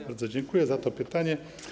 Bardzo dziękuję za to pytanie.